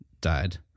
died